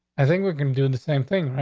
i think we can do the same thing. right?